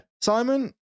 Simon